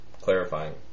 clarifying